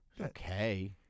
Okay